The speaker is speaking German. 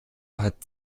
hat